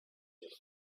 your